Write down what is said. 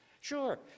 sure